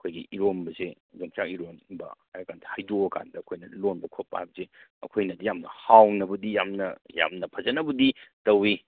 ꯑꯩꯈꯣꯏꯒꯤ ꯏꯔꯣꯝꯕꯁꯦ ꯌꯣꯡꯆꯥꯛ ꯏꯔꯣꯝꯕ ꯍꯥꯏꯔ ꯀꯥꯟꯗ ꯍꯩꯗꯣꯛꯑ ꯀꯥꯟꯗ ꯂꯣꯟꯕ ꯈꯣꯠꯄ ꯍꯥꯏꯕꯁꯤ ꯑꯩꯈꯣꯏꯅꯗꯤ ꯑꯩꯈꯣꯏꯅꯗꯤ ꯌꯥꯝ ꯍꯥꯎꯅꯕꯨꯗꯤ ꯌꯥꯝꯅ ꯌꯥꯝꯅ ꯐꯖꯅꯕꯨꯗꯤ ꯇꯧꯋꯤ